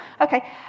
Okay